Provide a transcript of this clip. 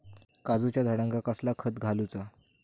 काजूच्या झाडांका कसला खत घालूचा?